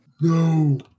No